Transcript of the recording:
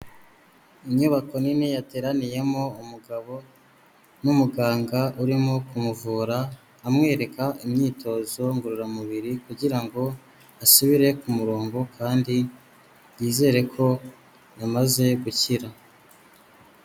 Inyubako nini yateraniyemo umugabo n'umuganga urimo kumuvura amwereka imyitozo ngororamubiri kugirango ngo asubire ku murongo kandi yizere ko yamaze gukira.